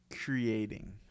creating